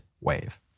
wave